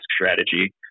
strategy